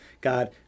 God